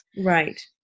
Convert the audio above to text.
Right